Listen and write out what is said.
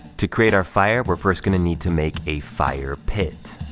to create our fire, we're first gonna need to make a fire pit.